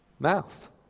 Mouth